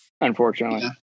Unfortunately